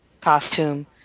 costume